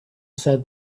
said